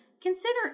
consider